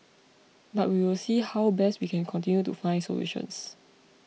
but we will see how best we can continue to find solutions